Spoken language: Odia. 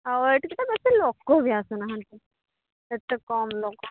ଆଉ ଏଠିକ ତ ବେଶି ଲୋକ ବି ଆସୁନାହାନ୍ତି ଏତେ କମ୍ ଲୋକ